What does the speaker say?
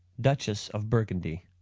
duchess of burgundy.